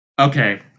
Okay